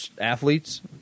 athletes